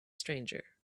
stranger